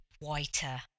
whiter